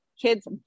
Kids